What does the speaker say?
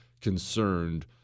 concerned